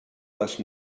les